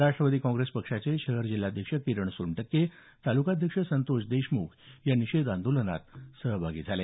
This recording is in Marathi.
राष्ट्रवादी काँग्रेसचे शहर जिल्हाध्यक्ष किरण सोनटक्के तालुकाध्यक्ष संतोष देशमुख यावेळी निषेध आंदोलनात सहभागी झाले